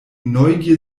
neugier